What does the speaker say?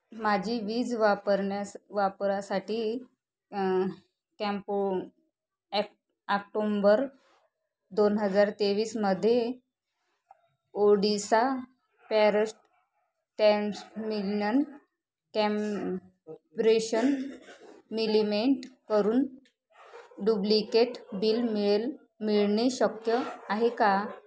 माझी वीज वापरण्यास वापरासाठी कॅम्पो ॲक् आक्टोंबर दोन हजार तेवीसमध्ये Odisha power transmission corporation limited करून डुब्लिकेट बिल मिळेल मिळणे शक्य आहे का